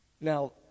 Now